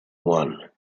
one